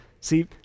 See